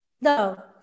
No